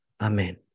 Amen